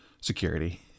Security